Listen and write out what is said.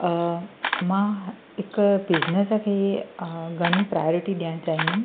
मां हिकु बिज़नस खे घणी प्रायोरिटी ॾियण चाहींदमि